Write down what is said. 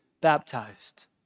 baptized